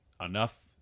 enough